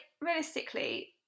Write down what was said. realistically